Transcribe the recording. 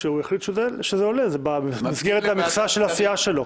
כשהוא יחליט שזה עולה ובא במסגרת המכסה של הסיעה שלו.